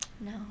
No